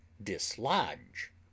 dislodge